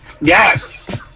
Yes